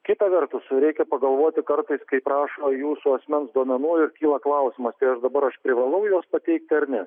kita vertus reikia pagalvoti kartais kai prašo jūsų asmens duomenų ir kyla klausimas tai ar dabar aš privalau juos pateikti ar ne